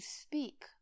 speak